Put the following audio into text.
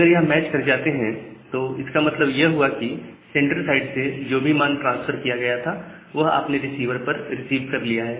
अगर यह मैच कर जाते हैं तो इसका मतलब यह हुआ की सेंडर साइड से जो भी मान ट्रांसफर किया गया था वह आपने रिसीवर पर रिसीव कर लिया है